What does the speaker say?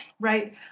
Right